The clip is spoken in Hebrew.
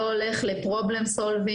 הוא לא הולך לפתרון בעיות,